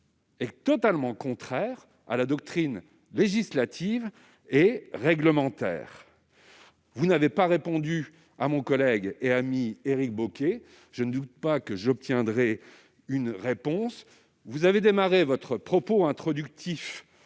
est totalement contraire à la doctrine législative et réglementaire. Vous n'avez pas répondu à mon collègue et ami Éric Bocquet, mais je ne doute pas que j'obtiendrai une réponse. Vous avez commencé votre propos introductif